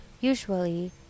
Usually